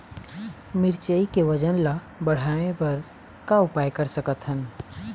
मिरचई के वजन ला बढ़ाएं बर का उपाय कर सकथन?